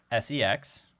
sex